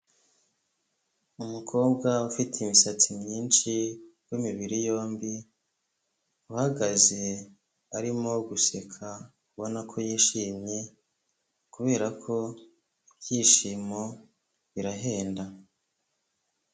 Umukobwa ufite imisatsi myinshi w'imibiri yombi uhagaze arimo guseka ubona ko yishimye kuberako ibyishimo birahenda.